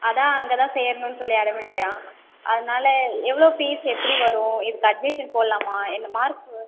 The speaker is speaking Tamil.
அதான் அங்கே தான் சேரணும்னு அடம் பிடிக்கிறான் அதனால எவ்வளோ ஃபீஸ் எப்படி வரும் இதுக்கு அட்மிஷன் போடலாமா என்ன மார்க்கு